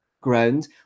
Ground